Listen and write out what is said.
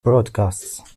broadcasts